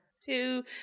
Two